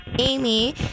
Amy